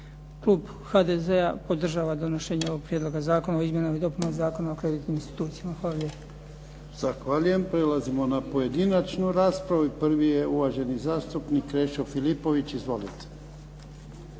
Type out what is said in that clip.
Klub HDZ-a podržava donošenje ovog Prijedloga zakona o izmjenama i dopunama zakona o kreditnim institucijama. Hvala lijepo. **Jarnjak, Ivan (HDZ)** Zahvaljujem. Prelazimo na pojedinačnu raspravu i prvi je uvaženi zastupnik Krešo Filipović. Izvolite.